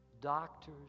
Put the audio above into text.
doctors